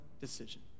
decision